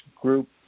group